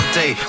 day